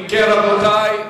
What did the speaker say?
אם כן, רבותי,